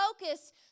focus